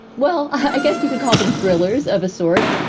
well, i guess you could call them thrillers of a sort,